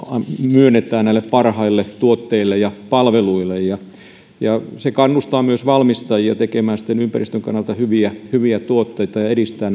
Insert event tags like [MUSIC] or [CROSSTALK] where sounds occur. vain näille parhaille tuotteille ja palveluille se kannustaa myös valmistajia tekemään sitten ympäristön kannalta hyviä hyviä tuotteita ja edistää [UNINTELLIGIBLE]